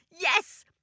Yes